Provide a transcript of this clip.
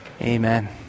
Amen